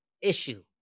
issue